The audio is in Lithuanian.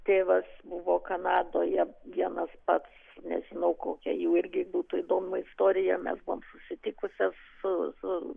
tėvas buvo kanadoje vienas pats nežinau kokia jų irgi būtų įdomu istorija mes buvom susitikusios su su